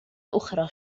أخرى